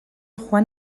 joan